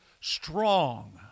strong